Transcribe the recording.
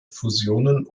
fusionen